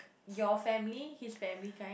your family his family kind